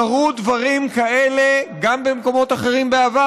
קרו דברים כאלה גם במקומות אחרים בעבר.